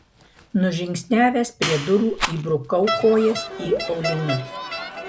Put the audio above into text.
nužingsniavęs prie durų įbrukau kojas į aulinius